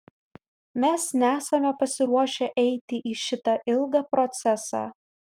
mes nesame pasiruošę eiti į šitą ilgą procesą